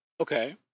Okay